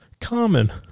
common